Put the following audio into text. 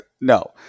No